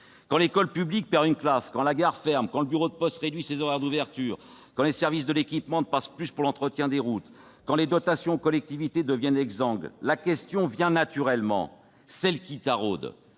Quand l'école publique perd une classe, quand la gare ferme, quand le bureau de poste réduit ses horaires d'ouverture, quand les services de l'équipement ne passent plus pour l'entretien des routes, quand la baisse des dotations aux collectivités les rend exsangues, la question vient naturellement. La question qui taraude